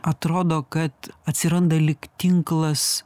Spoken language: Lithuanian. atrodo kad atsiranda lyg tinklas